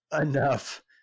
enough